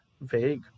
vague